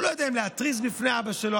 הוא לא יודע אם זה על מנת להתריס בפני אבא שלו,